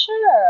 Sure